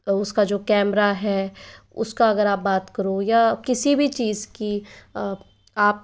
उसका जो कैमरा है उसका अगर आप बात करो या किसी भी चीज़ की आप